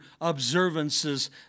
observances